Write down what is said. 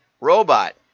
Robot